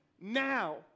now